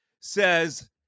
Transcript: says